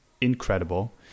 incredible